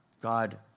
God